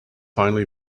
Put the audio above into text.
finally